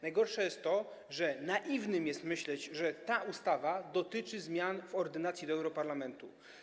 Najgorsze jest to, że naiwne jest myślenie, że ta ustawa dotyczy zmian w ordynacji do europarlamentu.